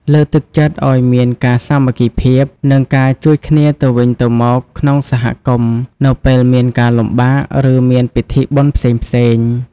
លើកទឹកចិត្តឲ្យមានការសាមគ្គីភាព និងការជួយគ្នាទៅវិញទៅមកក្នុងសហគមន៍ នៅពេលមានការលំបាក ឬមានពិធីបុណ្យផ្សេងៗ។